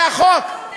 זה החוק.